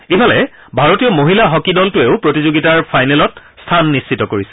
ইফালে ভাৰতীয় মহিলা হকী দলটোৱেও প্ৰতিযোগিতাৰ ফাইনেলত স্থান নিশ্চিত কৰিছে